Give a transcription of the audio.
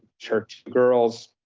church girls,